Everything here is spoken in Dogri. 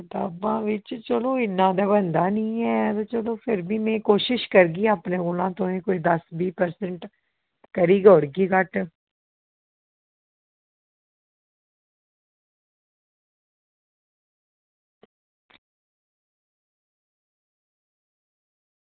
कताबां बिच चलो इन्ना ते बनदा निं ऐ पर में कोशिश करगी अपने कोला तुआहीं कोई दस्स बीह् परसेंट करी गै ओड़गे घट्ट